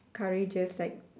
courageous like